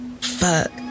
Fuck